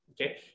okay